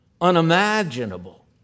unimaginable